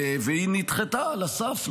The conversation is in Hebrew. והיא נדחתה על הסף,